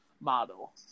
model